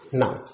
now